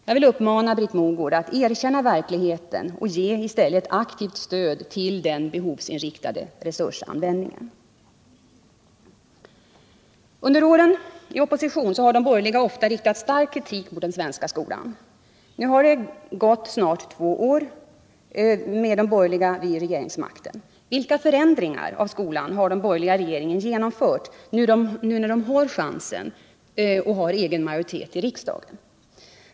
Jag vill uppmana Britt Mogård att erkänna verkligheten och i stället ge ett aktivt stöd till den behovsinriktade resursanvändningen. Under åren i opposition har de borgerliga ofta riktat stark kritik mot den svenska skolan. Nu har det gått snart två år med de borgerliga vid regeringsmakten. Vilka förändringar av skolan har den borgerliga regeringen genomfört nu när de har chansen och har egen majoritet i riksdagen?